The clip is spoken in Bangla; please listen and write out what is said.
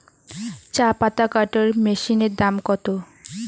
চাপাতা কাটর মেশিনের দাম কত?